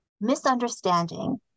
misunderstanding